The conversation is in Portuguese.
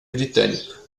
britânica